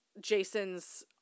Jason's